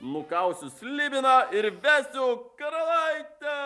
nukausiu slibiną ir vesiu karalaitę